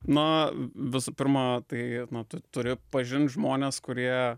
na visų pirma tai tu turi pažint žmones kurie